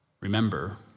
Remember